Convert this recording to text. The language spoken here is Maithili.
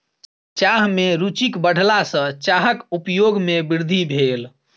चाह में रूचिक बढ़ला सॅ चाहक उपयोग में वृद्धि भेल